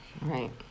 Right